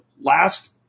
last